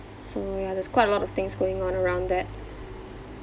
so yeah there's quite a lot of things going on around that